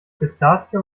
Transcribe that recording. pistazie